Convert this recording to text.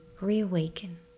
reawaken